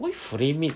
why frame it